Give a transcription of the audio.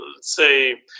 say